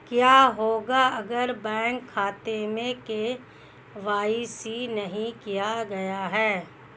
क्या होगा अगर बैंक खाते में के.वाई.सी नहीं किया गया है?